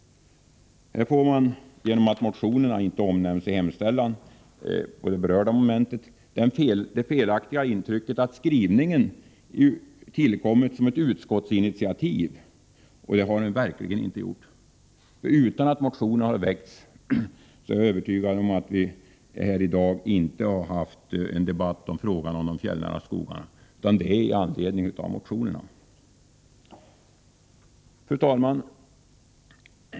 Här får man, genom att motionerna inte omnämns i hemställan vid det berörda momentet, det felaktiga intrycket att skrivningen har tillkommit som ett utskottsinitiativ. Det har den verkligen inte gjort. Jag är övertygad om att vi, om motionerna inte hade väckts, inte i dag hade haft en debatt om de fjällnära skogarna, utan den förs i anledning av att motionerna har väckts. Fru talman!